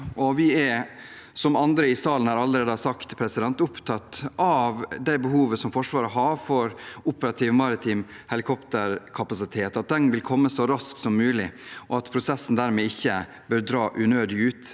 opp. Som andre i salen allerede har sagt, er vi også opptatt av det behovet Forsvaret har for operativ maritim helikopterkapasitet, at den vil komme så raskt som mulig, og at prosessen dermed ikke bør dra unødig ut,